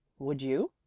would you?